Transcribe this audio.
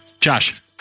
Josh